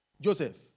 Joseph